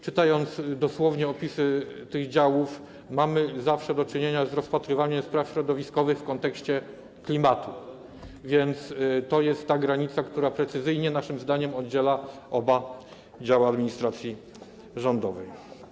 Czytając dosłownie opisy tych działów, zawsze mamy do czynienia z rozpatrywaniem spraw środowiskowych w kontekście klimatu, więc to jest ta granica, która precyzyjnie naszym zdaniem oddziela oba działy administracji rządowej.